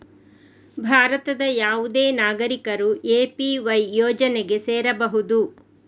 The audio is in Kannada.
ಭಾರತದ ಯಾವುದೇ ನಾಗರಿಕರು ಎ.ಪಿ.ವೈ ಯೋಜನೆಗೆ ಸೇರಬಹುದು